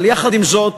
אבל יחד עם זאת